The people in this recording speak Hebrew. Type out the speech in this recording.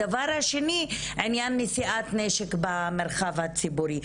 הדבר השני, עניין נשיאת נשק במרחב הציבורי.